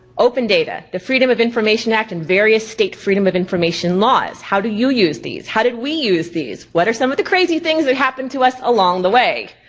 open data, the freedom of information act, and various state freedom of information laws. how do you use these? how did we use these? what are the some of the crazy things that happened to us along the way?